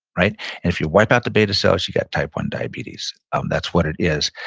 right? and if you wipe out the beta cells, you got type one diabetes. um that's what it is.